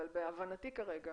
אבל בהבנתי כרגע